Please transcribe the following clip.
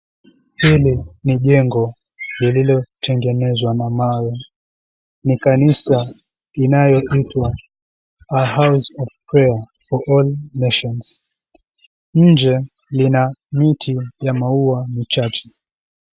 Hili ni jengo lililotengenezwa na mawe, ni kanisa linaloitwa A House of Prayer for All Nation. Nje lina miti ya maua michache.